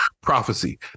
prophecy